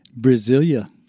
Brasilia